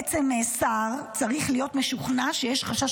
בעצם שר צריך להיות משוכנע שיש חשש